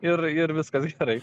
ir ir viskas gerai